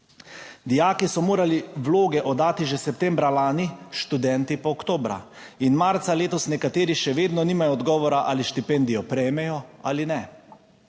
Dijaki so morali vloge oddati že septembra lani, študenti pa oktobra. In marca letos, Nekateri še vedno nimajo odgovora, ali štipendijo prejmejo ali ne.